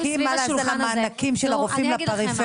אפילו ניהלתם מאבקים על המענקים של הרופאים בפריפריה